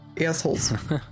assholes